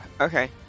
Okay